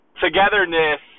togetherness